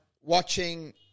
watching